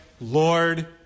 Lord